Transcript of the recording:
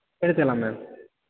எடுத்துக்கலாம் மேம்